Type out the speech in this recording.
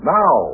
now